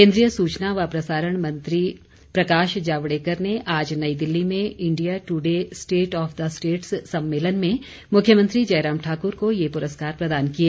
केन्द्रीय सूचना व प्रसारण मंत्री प्रकाश जावड़ेकर ने आज नई दिल्ली में India Today State of the Status सम्मेलन में मुख्यमंत्री जयराम ठाकुर को ये पुरस्कार प्रदान किए